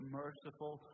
merciful